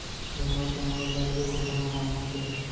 बेमार जानवर ल अलगे कोठा म बांधना चाही